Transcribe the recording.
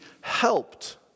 helped